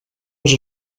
les